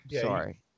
Sorry